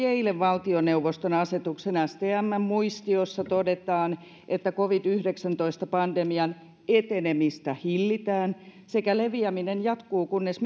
eilen valtioneuvoston asetuksen stmn muistiossa todettiin että covid yhdeksäntoista pandemian etenemistä hillitään ja leviäminen jatkuu kunnes